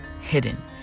hidden